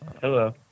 Hello